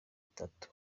itatu